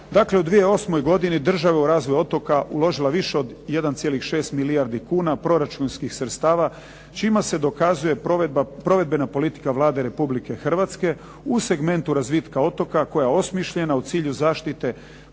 Dakle, u 2008. godini država je u razvoj otoka uložila više od 1,6 milijuna kuna proračunskih sredstava, čime se dokazuje provedbena politika Vlade Republike Hrvatske u segmentu razvitka otoka koja je osmišljena u cilju zaštite